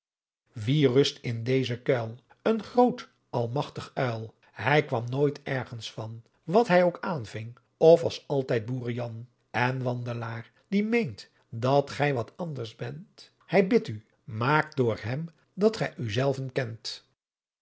in dezen kuyl een groote almagtige uyl hij kwam nooit ergens van wat hy ook aanving of was altijd boere jan en wandelaar die meent dat gij wat anders bent hy bidt u maakt door hem dat gy u zelven kent